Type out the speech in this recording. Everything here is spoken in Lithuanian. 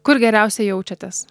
kur geriausiai jaučiatės